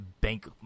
bank